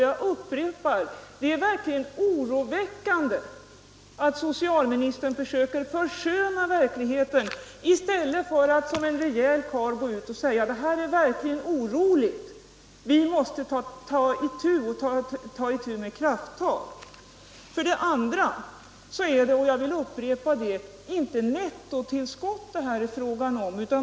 Jag upprepar: Det är verkligen oroväckande att socialministern försöker Nr 76 försköna verkligheten i stället för att som en rejäl karl säga: Det här Tisdagen den är verkligen oroande — vi måste ta krafttag. 1 mars 1977 Jag vill också upprepa att det inte är nettotillskott som det här är — fråga om.